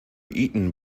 eaten